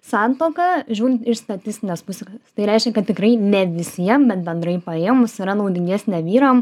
santuoka žiūrint iš statistinės pusės tai reiškia kad tikrai ne visiem bet bendrai paėmus yra naudingesnė vyram